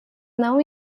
não